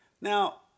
Now